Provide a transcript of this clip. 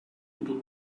voodoo